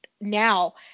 now